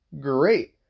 Great